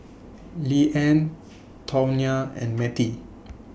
Leeann Tawnya and Mattie